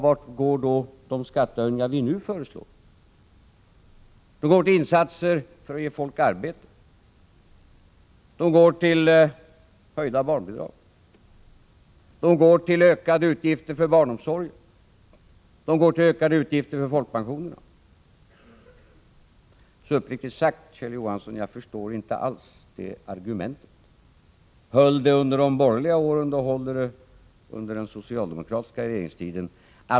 Vart går då de skattehöjningar vi nu föreslår? De går till insatser för att ge folk arbete. De går till höjda barnbidrag. De går till ökade utgifter för barnomsorgen. De går till ökade utgifter för folkpensionerna. Uppriktigt sagt förstår jag inte alls varför Kjell Johansson framför det argumentet. Höll det under de borgerliga åren, då håller det också under den socialdemokratiska regeringstiden.